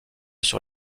sur